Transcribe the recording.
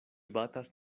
batas